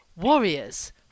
Warriors